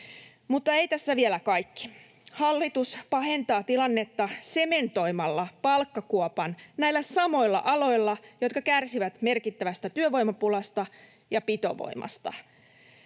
Mutta ei tässä vielä kaikki. Hallitus pahentaa tilannetta sementoimalla palkkakuopan näillä samoilla aloilla, jotka kärsivät merkittävästä työvoimapulasta ja pitovoimasta.